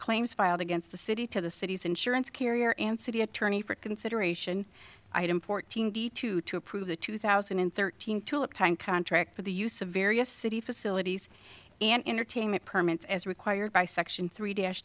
claims filed against the city to the city's insurance carrier and city attorney for consideration item fourteen the two to approve the two thousand and thirteen tulip time contract for the use of various city facilities and entertainment permits as required by section three da